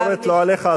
הביקורת לא עליך,